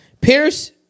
Pierce